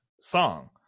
song